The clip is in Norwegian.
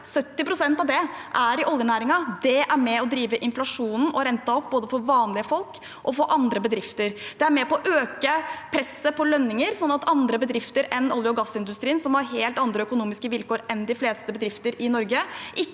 70 pst. av det er i oljenæringen. Det er med på å drive inflasjonen og renten opp, både for vanlige folk og for bedrifter. Det er med på å øke presset på lønninger slik at andre bedrifter enn dem i olje- og gassindustrien, som har helt andre økonomiske vilkår enn de fleste bedrifter i Norge,